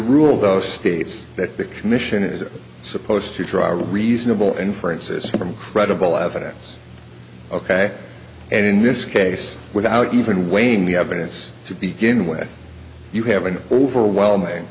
rule those states that the commission is supposed to draw a reasonable inferences from credible evidence ok and in this case without even weighing the evidence to be given away you have been overwhelming